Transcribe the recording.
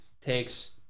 takes